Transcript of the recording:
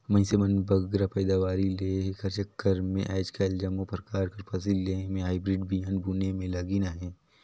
मइनसे मन बगरा पएदावारी लेहे कर चक्कर में आएज काएल जम्मो परकार कर फसिल लेहे में हाईब्रिड बीहन बुने में लगिन अहें